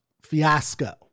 fiasco